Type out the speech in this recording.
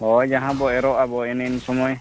ᱦᱳᱭ ᱡᱟᱦᱟᱸ ᱵᱚ ᱮᱨᱚᱜ ᱟᱵᱚ ᱮᱱᱮ ᱮᱱ ᱥᱚᱢᱚᱭ